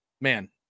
Man